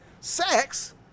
Sex